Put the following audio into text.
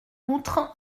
outre